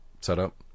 setup